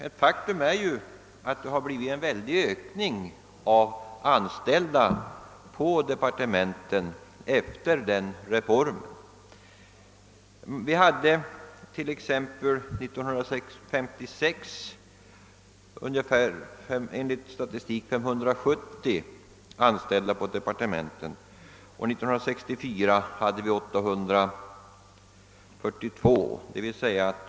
Ett faktum är ju att antalet anställda på departementen sedan den reformen genomfördes har ökat starkt. Enligt statistiken hade departementen 1956 ungefär 570 anställda, 1964 hade de 842.